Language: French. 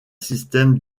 système